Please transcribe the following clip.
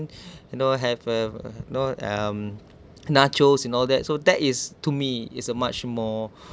you know have uh you know um nachos and all that so that is to me is a much more